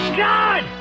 god